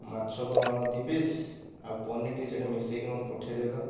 ମାଛ ଦୁଇ ପିସ୍ ଆଉ ପନିର ଟିକେ ସେଠି ମିଶାଇକି ମୋତେ ପଠେଇ ଦେବେ ତ